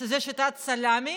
שזו שיטת הסלמי,